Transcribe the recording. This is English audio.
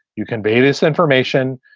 you can be this information.